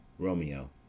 Romeo